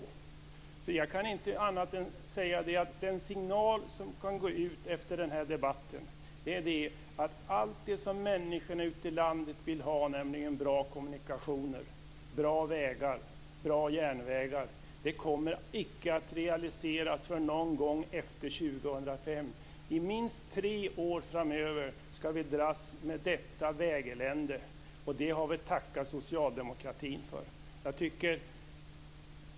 Jag kan därför inte annat än säga att den signal som kan gå ut efter den här debatten är att allt det som människorna ute i landet vill ha - nämligen bra kommunikationer, bra vägar och bra järnvägar - icke kommer att realiseras förrän någon gång efter år 2005. I minst tre år framöver ska vi dras med detta vägelände, och det har vi socialdemokratin att tacka för.